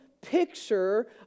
picture